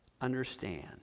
understand